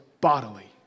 bodily